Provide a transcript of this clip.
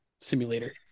simulator